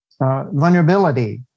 Vulnerability